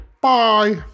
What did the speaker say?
bye